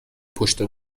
پشت